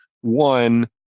One